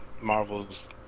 Marvel's